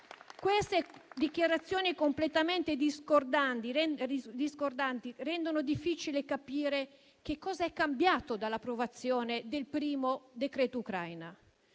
Queste dichiarazioni completamente discordanti rendono difficile capire che cosa è cambiato dall'approvazione del primo decreto Ucraina.